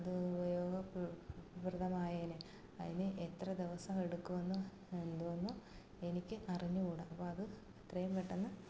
അത് ഉപയോഗ പ്രദമായേനെ അതിന് എത്ര ദിവസം എടുക്കുമെന്ന് എന്തോന്ന് എനിക്ക് അറിഞ്ഞുകൂട അപ്പം അത് എത്രയും പെട്ടെന്ന്